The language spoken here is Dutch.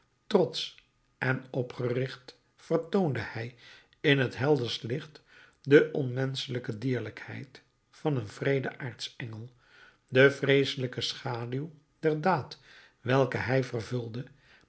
trotsch en opgericht vertoonde hij in het helderst licht de onmenschelijke dierlijkheid van een wreeden aartsengel de vreeselijke schaduw der daad welke hij vervulde